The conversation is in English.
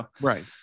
Right